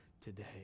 today